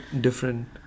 different